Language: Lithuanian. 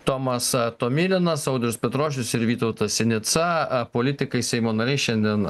tomas tomilinas audrius petrošius ir vytautas sinica politikai seimo nariai šiandien